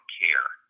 care